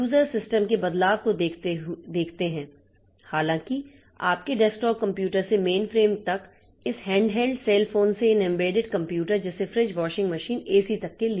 users system के बदलाव को देखते हैं हालांकि आपके डेस्कटॉप कंप्यूटर से मेनफ्रेम तक इस हैंडहेल्ड सेल फोन से इन एम्बेडेड कंप्यूटर जैसे फ्रिज वॉशिंग मशीन एसी तक के लिए